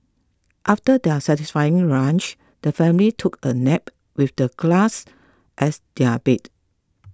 after their satisfying lunch the family took a nap with the glass as their bed